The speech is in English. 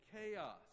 chaos